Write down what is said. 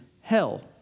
hell